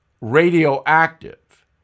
radioactive